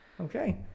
Okay